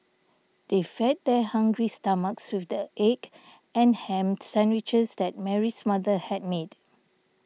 they fed their hungry stomachs with the egg and ham sandwiches that Mary's mother had made